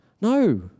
no